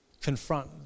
confront